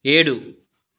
ఏడు